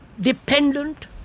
dependent